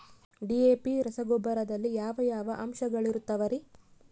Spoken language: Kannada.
ಡಿ.ಎ.ಪಿ ರಸಗೊಬ್ಬರದಲ್ಲಿ ಯಾವ ಯಾವ ಅಂಶಗಳಿರುತ್ತವರಿ?